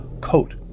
coat